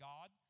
God